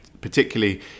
particularly